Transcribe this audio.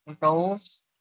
roles